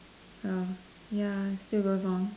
err ya still goes on